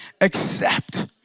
accept